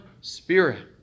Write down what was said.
spirit